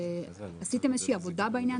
עשיתם איזושהי עבודה בעניין?